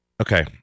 Okay